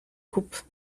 coupe